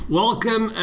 welcome